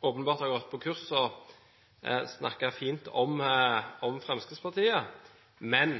åpenbart har gått på kurs for å snakke fint om Fremskrittspartiet. Men